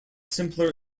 simpler